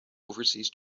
overseas